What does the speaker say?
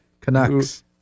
canucks